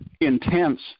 intense